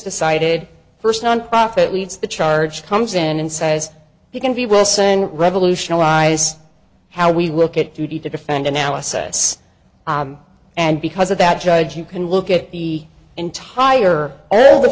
decided first nonprofit leads the charge comes in and says you can be wilson revolutionise how we will get duty to defend analysis and because of that judge you can look at the entire earth the